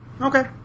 Okay